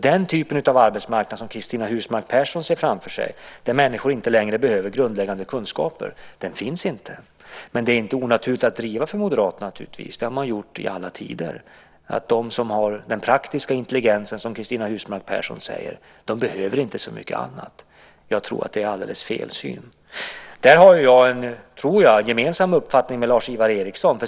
Den typ av arbetsmarknad som Cristina Husmark Pehrsson ser framför sig, där människor inte längre behöver grundläggande kunskaper, finns inte. Men det är inte onaturligt för Moderaterna att driva detta. Det har man gjort i alla tider. De som har den praktiska intelligensen, som Cristina Husmark Pehrsson säger, behöver inte så mycket annat. Jag tror att det är alldeles fel syn. Där tror jag att jag har en gemensam uppfattning med Lars-Ivar Ericson.